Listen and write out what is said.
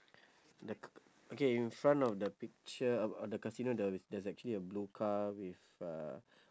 the c~ okay in front of the picture of of the casino there's a there's actually a blue car with uh